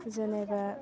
जेनेबा